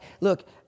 look